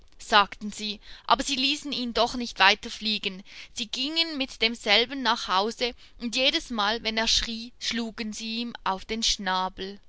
sagten sie aber sie ließen ihn doch nicht wieder fliegen sie gingen mit demselben nach hause und jedesmal wenn er schrie schlugen sie ihn auf den schnabel